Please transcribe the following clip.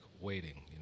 waiting